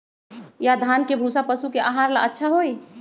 या धान के भूसा पशु के आहार ला अच्छा होई?